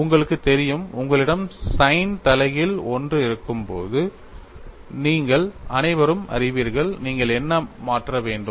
உங்களுக்கு தெரியும் உங்களிடம் sin தலைகீழ் 1 இருக்கும்போது நீங்கள் அனைவரும் அறிவீர்கள் நீங்கள் என்ன மாற்ற வேண்டும்